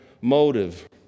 motive